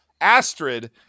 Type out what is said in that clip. Astrid